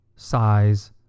size